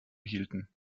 hielten